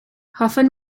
hoffwn